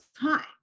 time